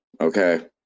Okay